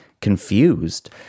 confused